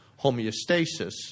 homeostasis